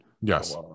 Yes